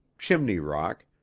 chimney rock,